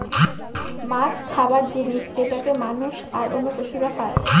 মাছ খাবার জিনিস যেটাকে মানুষ, আর অন্য পশুরা খাই